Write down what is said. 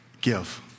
give